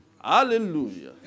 Hallelujah